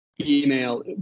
email